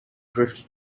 drift